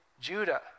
Judah